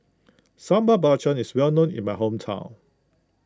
Sambal Belacan is well known in my hometown